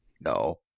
No